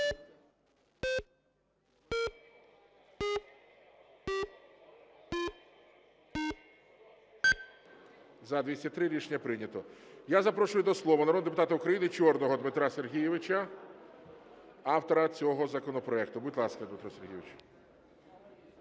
За-203 Рішення прийнято. Я запрошую до слова народного депутата України Чорного Дмитра Сергійовича, автора цього законопроекту. Будь ласка, Дмитро Сергійович.